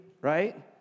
right